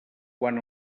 quan